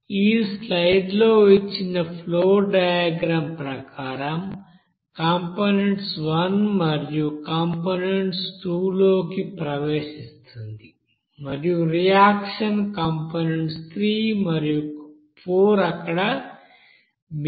ఈ స్లైడ్ లో ఇచ్చిన ఫ్లో డయాగ్రమ్ ప్రకారం కంపోనెంట్స్ 1 మరియు కంపోనెంట్స్ 2 లోకి ప్రవేశిస్తుంది మరియు రియాక్షన్ కంపోనెంట్స్ 3 మరియు 4 అక్కడ మిగిలి ఉన్నాయి అనుకుందాం